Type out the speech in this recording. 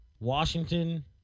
Washington